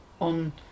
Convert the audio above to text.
on